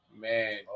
Man